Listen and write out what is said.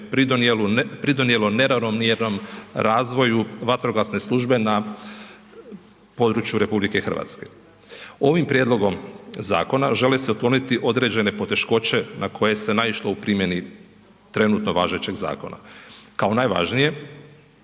pridonijelo neravnomjernom razvoju vatrogasne službe na području RH. Ovim prijedlogom zakona žele se otkloniti određene poteškoće na koje se naišlo u primjeni trenutno važećeg zakona. Kao najvažnije